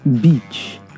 beach